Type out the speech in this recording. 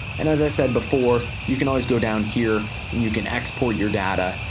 and as i said before, you can always go down here, and you can export your data.